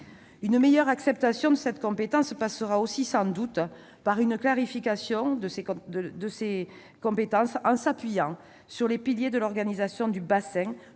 Une meilleure acceptation passera sans doute par une clarification des compétences en s'appuyant sur les piliers de l'organisation du bassin